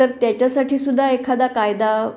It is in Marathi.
तर त्याच्यासाठी सुद्धा एखादा कायदा